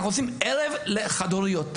אנחנו עושים ערב לחד-הוריות.